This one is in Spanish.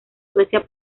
suecia